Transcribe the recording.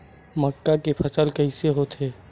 मक्का के फसल कइसे होथे?